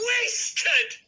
Wasted